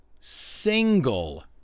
single